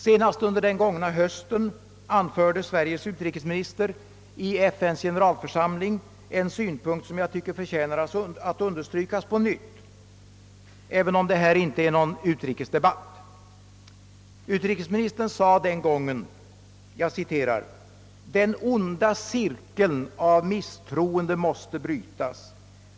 Senast under den gångna hösten anförde Sveriges utrikesminister i-FN:s generalförsamling en synpunkt som jag tycker förtjänar att. understrykas på nytt, även om detta inte är någon utrikesdebatt. Utrikesministern sade den gången: »Den onda cirkeln av misstroende måste brytas.